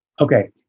Okay